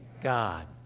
God